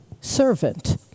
servant